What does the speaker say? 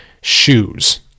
shoes